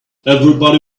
everybody